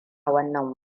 wannan